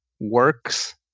works